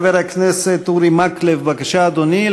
חבר הכנסת אורי מקלב, בבקשה, אדוני.